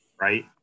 right